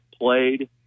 played